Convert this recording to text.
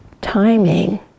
timing